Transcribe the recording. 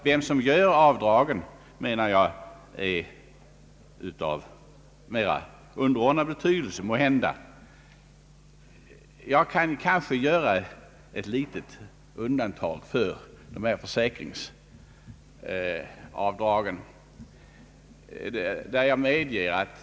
Vilka skattskyldigkategorier som gör avdragen är av mera underordnad betydelse. Jag är emellertid inte främmande för att försäkringsavdragen kan bedömas på annat sätt.